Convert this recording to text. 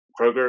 Kroger